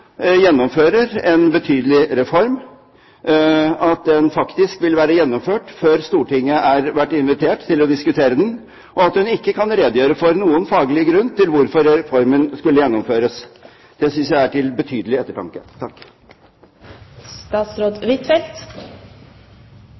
gjennomfører en betydelig reform, at den faktisk vil være gjennomført før Stortinget har vært invitert til å diskutere den, og at hun ikke kan redegjøre for noen faglig grunn til at reformen skulle gjennomføres. Det synes jeg er til betydelig ettertanke.